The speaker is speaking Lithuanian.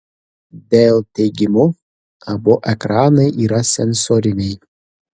dell teigimu abu ekranai yra sensoriniai